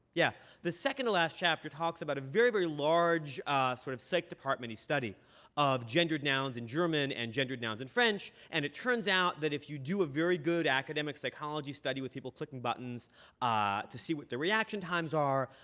yeah. the second to last chapter talks about a very, very large sort of psych department-y study of gendered nouns in german and nouns in french. and it turns out that if you do a very good academic psychology study with people clicking buttons to see what their reaction times are,